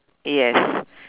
yes